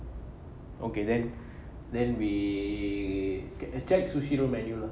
okay then then we can check sushiro menu lah